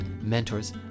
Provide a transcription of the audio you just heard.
mentors